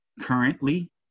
currently